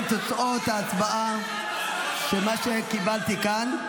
אלה הן תוצאות ההצבעה שקיבלתי כאן.